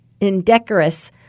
indecorous